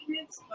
kids